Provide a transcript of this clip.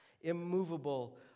immovable